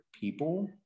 people